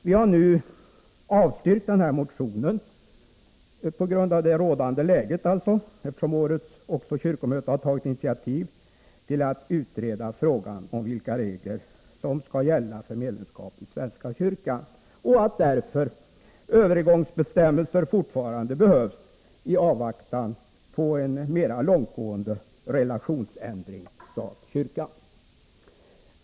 Vi har avstyrkt motionen på grund av det rådande läget — årets kyrkomöte har tagit initiativ till att utreda frågan om vilka regler som skall gälla för medlemskap i svenska kyrkan, och därför behövs övergångsbestämmelser fortfarande i avvaktan på en mera långtgående relationsändring stat-kyrka.